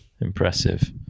Impressive